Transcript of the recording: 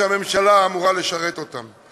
שהממשלה אמורה לשרת אותם.